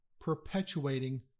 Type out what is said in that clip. perpetuating